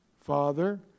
Father